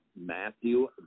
Matthew